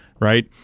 right